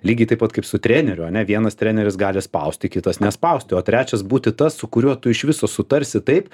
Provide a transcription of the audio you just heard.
lygiai taip pat kaip su treneriu ane vienas treneris gali spausti kitas nespausti o trečias būti tas su kuriuo tu iš viso sutarsi taip